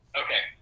okay